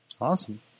Awesome